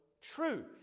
truth